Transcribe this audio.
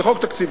זה חוק תקציבי.